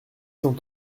cent